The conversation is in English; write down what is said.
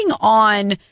on